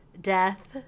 death